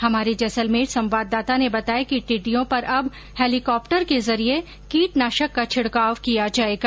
हमारे जैसलमेर संवाददाता ने बताया कि टिडि्डयों पर अब हैलीकॉप्टर के जरिए कीटनाशक का छिडकाव किया जाएगा